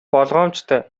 болгоомжтой